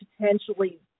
potentially